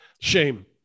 shame